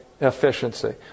efficiency